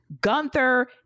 Gunther